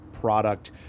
product